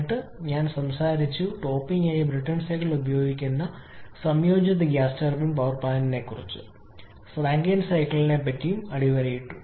എന്നിട്ട് ഞാൻ സംസാരിച്ചു ടോപ്പിംഗ് ആയി ബ്രൈടൺ സൈക്കിൾ ഉപയോഗിക്കുന്ന സംയോജിത ഗ്യാസ് സ്റ്റീം പവർ പ്ലാന്റിനെക്കുറിച്ച് സൈക്കിളും റാങ്കൈൻ സൈക്കിളും അടിവരയിടുന്നു